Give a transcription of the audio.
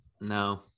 No